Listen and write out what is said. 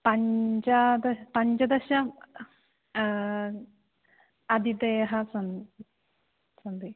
पञ्चाद पञ्चदश अतिथयः सन् सन्ति